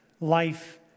life